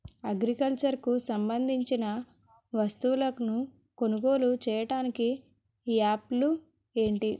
Agriculture కు సంబందించిన వస్తువులను కొనుగోలు చేయటానికి యాప్లు ఏంటి?